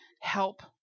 help